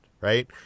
Right